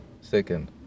second